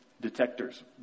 detectors